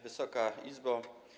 Wysoka Izbo!